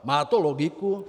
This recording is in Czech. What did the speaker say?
Má to logiku?